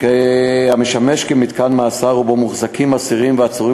הוא משמש מתקן מאסר שמוחזקים בו אסירים ועצורים